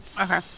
okay